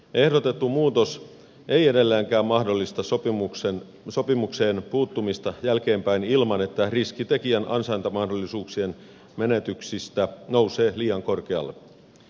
ehdotettu muutos ei edelleenkään mahdollista sopimukseen puuttumista jälkeenpäin ilman että riski tekijän ansaintamahdollisuuksien menetyksistä nousee liian korkealle